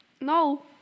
no